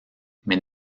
mais